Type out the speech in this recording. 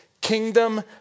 Kingdom